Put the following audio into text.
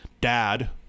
dad